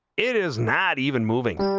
it is not even moving